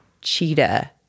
cheetah